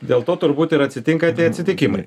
dėl to turbūt ir atsitinka tie atsitikimai